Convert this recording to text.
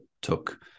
took